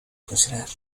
funcionar